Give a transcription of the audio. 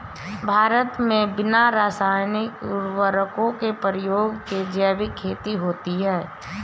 भारत मे बिना रासायनिक उर्वरको के प्रयोग के जैविक खेती होती है